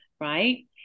right